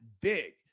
big